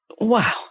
Wow